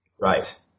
Right